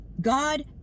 God